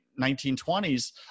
1920s